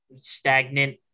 stagnant